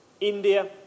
India